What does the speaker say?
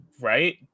right